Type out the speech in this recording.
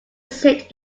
sit